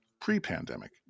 pre-pandemic